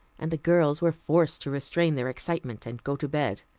and the girls were forced to restrain their excitement and go to bed.